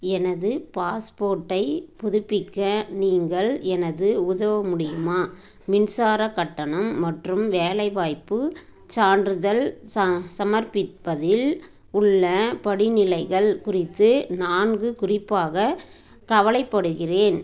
எனது பாஸ்போர்ட்டை புதுப்பிக்க நீங்கள் எனது உதவ முடியுமா மின்சாரக் கட்டணம் மற்றும் வேலைவாய்ப்பு சான்றிதழ் சமர்ப்பிப்பதில் உள்ள படிநிலைகள் குறித்து நான் குறிப்பாக கவலைப்படுகிறேன்